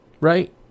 Right